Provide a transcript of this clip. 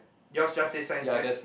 yours just says Science fair